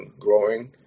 growing